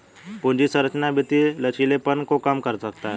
पूंजी संरचना वित्तीय लचीलेपन को कम कर सकता है